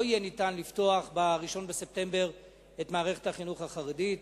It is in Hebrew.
יהיה ניתן לפתוח ב-1 בספטמבר את מערכת החינוך החרדית.